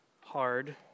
hard